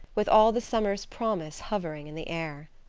with all the summer's promise hovering in the air.